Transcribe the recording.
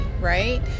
right